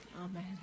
Amen